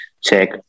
check